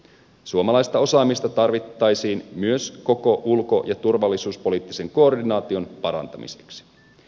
suomalaista osaamista tarvittaisiin myös koko ulko ja turvallisuuspoliittisen koordinaation parantamiseksi